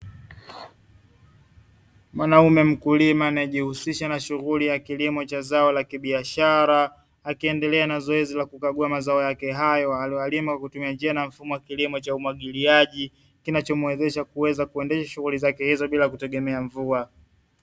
Mwanaume mkulima anaejihusisha na shughuli ya kilimo cha zao la kibiashara, akiendelea na zoezi la kukagua mazao yake hayo aliyolima kwa kutumia njia na fumo wa kilimo cha umwagiliaji, kinachomuwezesha kuendesha shughuli zake hizo bila kutegemea mvua .